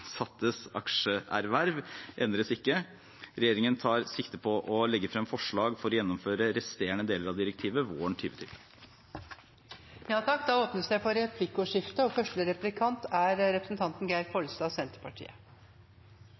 aksjeerverv endres ikke. Regjeringen tar sikte på å legge frem forslag for å gjennomføre resterende deler av direktivet våren